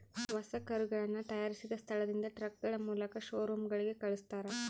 ಹೊಸ ಕರುಗಳನ್ನ ತಯಾರಿಸಿದ ಸ್ಥಳದಿಂದ ಟ್ರಕ್ಗಳ ಮೂಲಕ ಶೋರೂಮ್ ಗಳಿಗೆ ಕಲ್ಸ್ತರ